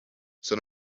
son